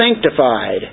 sanctified